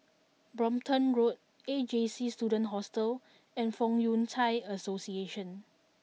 Brompton Road A J C Student Hostel and Fong Yun Thai Association